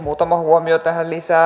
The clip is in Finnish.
muutama huomio tähän lisää